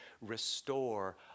restore